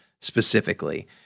specifically